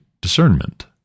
discernment